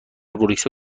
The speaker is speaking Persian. بروسل